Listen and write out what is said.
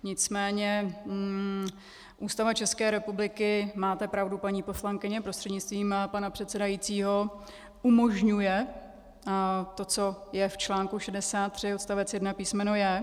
Nicméně Ústava České republiky, máte pravdu, paní poslankyně prostřednictvím pana předsedajícího, umožňuje to, co je v článku 63 odst. 1 písm. j).